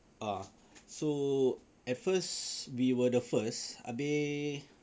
ah so at first we were the first habis